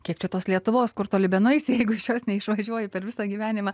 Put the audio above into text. kiek čia tos lietuvos kur toli benueisi jeigu iš jos neišvažiuoji per visą gyvenimą